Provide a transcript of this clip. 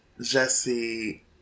Jesse